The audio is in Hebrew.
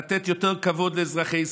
לתת יותר כבוד לאזרחי ישראל.